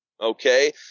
Okay